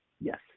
Yes